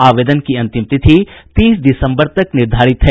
आवेदन की अंतिम तारीख तीस दिसम्बर तक निर्धारित है